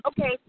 Okay